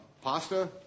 pasta